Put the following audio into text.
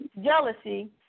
jealousy